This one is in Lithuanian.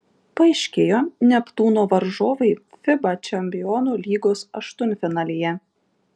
paaiškėjo neptūno varžovai fiba čempionų lygos aštuntfinalyje